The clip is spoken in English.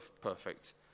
perfect